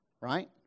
right